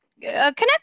connect